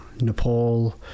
Nepal